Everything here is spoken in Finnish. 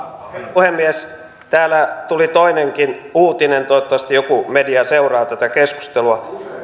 puhemies täällä tuli toinenkin uutinen toivottavasti joku media seuraa tätä keskustelua